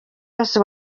yose